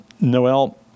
Noel